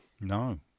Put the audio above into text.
No